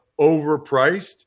overpriced